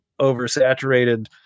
oversaturated